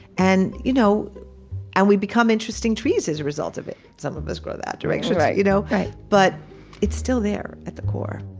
and you know and we become interesting trees as a result of it. some of us grow that direction. you know but it's still there at the core